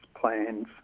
plans